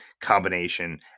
combination